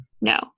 No